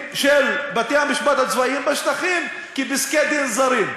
לפסקי-הדין של בתי-המשפט הצבאיים בשטחים כאל פסקי-דין זרים.